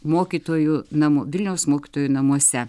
mokytojų namų vilniaus mokytojų namuose